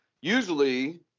usually